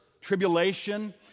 tribulation